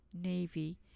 Navy